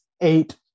eight